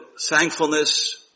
thankfulness